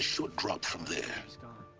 short drop from there